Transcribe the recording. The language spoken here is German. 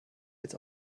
als